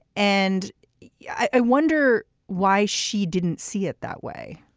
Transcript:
and yeah i wonder why she didn't see it that way